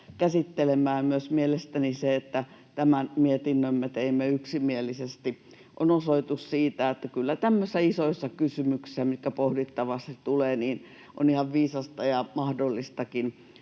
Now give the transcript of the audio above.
käsittelemään, ja myös mielestäni se, että tämän mietinnön me teimme yksimielisesti, on osoitus siitä, että kyllä tämmöisissä isoissa kysymyksissä, mitkä pohdittavaksi tulevat, on ihan viisasta ja mahdollistakin